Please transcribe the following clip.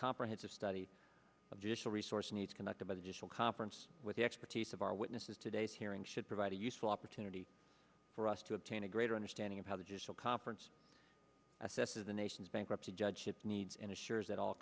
comprehensive study of judicial resource needs conducted by the additional conference with the expertise of our witnesses today's hearing should provide a useful opportunity for us to obtain a greater understanding of how the judicial conference assesses the nation's bankruptcy judge it needs and assures